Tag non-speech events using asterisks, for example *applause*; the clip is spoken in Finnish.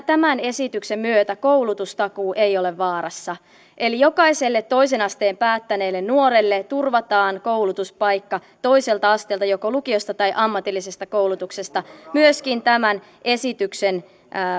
*unintelligible* tämän esityksen myötä koulutustakuu ei ole vaarassa eli jokaiselle toisen asteen päättäneelle nuorelle turvataan koulutuspaikka toiselta asteelta joko lukiosta tai ammatillisesta koulutuksesta myöskin tämän esityksen